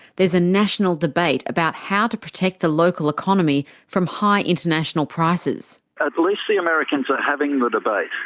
there's a national debate about how to protect the local economy from high international prices. at least the americans are having the debate.